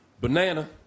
Banana